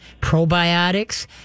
probiotics